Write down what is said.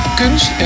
kunst